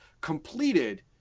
Completed